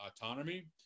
autonomy